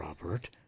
Robert